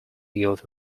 yield